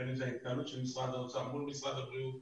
בין אם זה ההתנהלות של משרד האוצר מול משרד הבריאות,